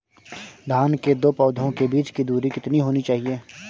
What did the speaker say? धान के दो पौधों के बीच की दूरी कितनी होनी चाहिए?